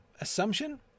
assumption